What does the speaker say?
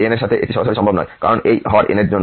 an এর সাথে এটি সরাসরি সম্ভব নয় কারণ এই হর n এর জন্য